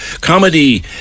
comedy